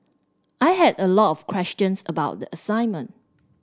I had a lot of questions about the assignment